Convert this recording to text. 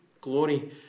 glory